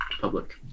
public